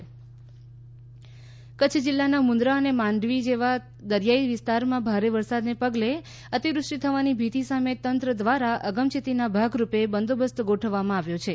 ક ચ્છ અગમ ચેતી કચ્છ જીલ્લાના મુંદ્રા અને માંડવી જેવા દરિયાઇ વિસ્તારમાં ભારે વરસાદને પગલે અતિવૃષ્ટિ થવાની ભીતિ સામે તંત્ર દ્વારા અગમચેતીના ભાગરૂપે બંદોબસ્ત ગોઠવવામાં આવ્યો છે